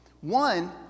One